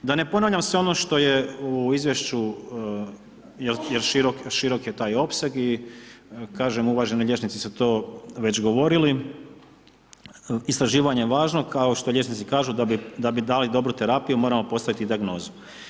Da ne ponavljam sve ono što je u izvješću, jer širok je taj opseg i kažem, uvaženi liječnici su to već govorili, istraživanje je važno, kao što liječnici kažu da bi dali dobru terapiju, moramo postaviti dijagnozu.